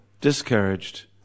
discouraged